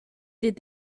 did